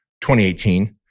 2018